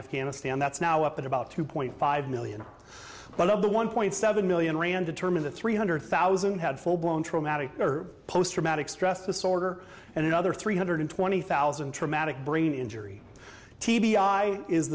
afghanistan that's now up at about two point five million but of the one point seven million rand determine that three hundred thousand had full blown traumatic or post traumatic stress disorder and another three hundred twenty thousand traumatic brain injury t b i is